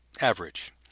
average